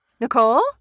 Nicole